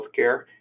healthcare